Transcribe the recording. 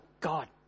God